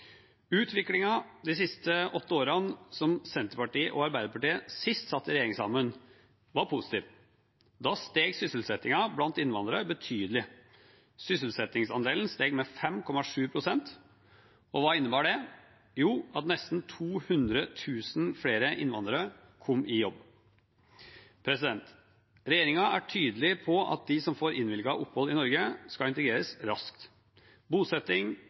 de åtte årene Senterpartiet og Arbeiderpartiet sist satt i regjering sammen, var positiv. Da steg sysselsettingen blant innvandrere betydelig. Sysselsettingsandelen steg med 5,7 pst., og hva innebar det? Jo, at nesten 200 000 flere innvandrere kom i jobb. Regjeringen er tydelig på at de som får innvilget opphold i Norge, skal integreres raskt. Bosetting,